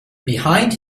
behind